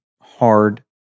hard